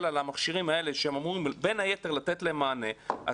על המכשירים האלה שהם אמורים בין היתר לתת להם מענה,